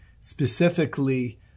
specifically